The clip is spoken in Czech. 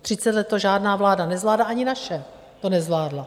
Třicet let to žádná vláda nezvládla, ani naše to nezvládla.